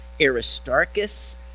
Aristarchus